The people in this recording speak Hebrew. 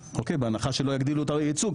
בהנחה שלא יגדילו את היצור,